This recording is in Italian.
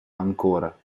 ancora